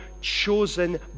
chosen